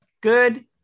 Good